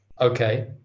okay